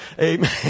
amen